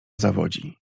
zawodzi